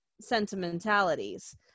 sentimentalities